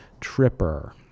Tripper